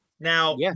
Now